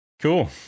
Cool